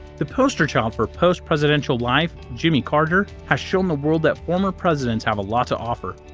the poster child for post-presidential life, jimmy carter, has shown the world that former presidents have a lot to offer.